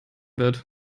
wird